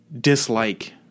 dislike